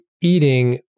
eating